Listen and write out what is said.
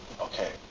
okay